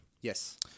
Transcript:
Yes